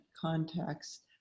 context